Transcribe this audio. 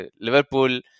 Liverpool